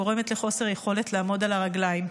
הגורמת לחוסר יכולת לעמוד על הרגליים.